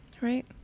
Right